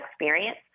experience